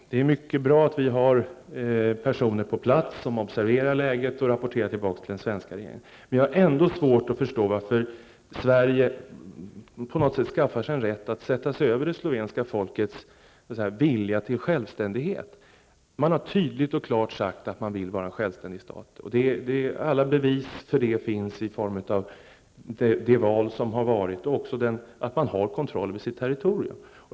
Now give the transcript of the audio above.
Fru talman! Det är mycket bra att vi har personer på plats som observerar läget och rapporterar tillbaka till den svenska regeringen. Men jag har ändå svårt att förstå varför Sverige på något sätt skaffar sig en rätt att sätta sig över det slovenska folkets vilja till självständighet. Man har tydligt och klart sagt att man vill vara en självständig stat, och alla bevis för det finns i form av det val som har hållits och att man har kontroll över sitt territorium.